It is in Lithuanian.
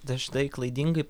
dažnai klaidingai